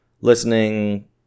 listening